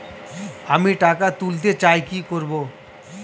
আমি টাকা তুলতে চাই কি করব?